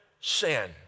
sin